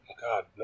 God